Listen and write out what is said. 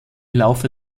laufe